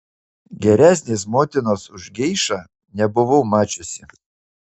geresnės motinos už geišą nebuvau mačiusi